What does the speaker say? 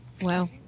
Wow